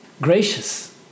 gracious